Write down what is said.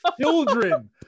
children